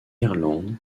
irlande